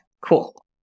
Cool